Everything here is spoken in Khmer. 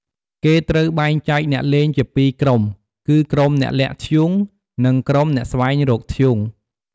គេត្រូវបែងចែកអ្នកលេងជា ពីរក្រុម គឺក្រុមអ្នកលាក់ធ្យូង និងក្រុមអ្នកស្វែងរកធ្យូង។